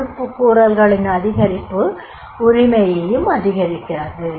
பொறுப்புக்கூறல்களின் அதிகரிப்பு உரிமையையும் அதிகரிக்கிறது